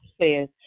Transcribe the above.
says